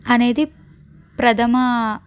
అనేది ప్రథమ